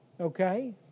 Okay